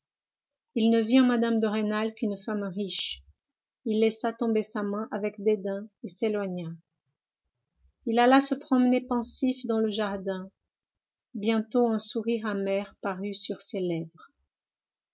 il ne vit en mme de rênal qu'une femme riche il laissa tomber sa main avec dédain et s'éloigna il alla se promener pensif dans le jardin bientôt un sourire amer parut sur ses lèvres